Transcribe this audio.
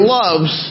loves